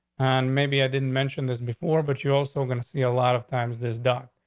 and maybe i didn't mention this before, but you're also going to see a lot of times is done.